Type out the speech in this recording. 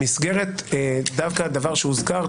דווקא דבר שהוזכר,